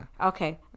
okay